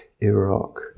Iraq